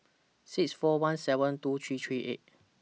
six four one seven two three three eight